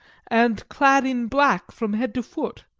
and clad in black from head to foot,